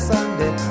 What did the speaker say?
Sunday